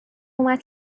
اومد